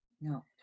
no